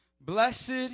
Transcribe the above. Blessed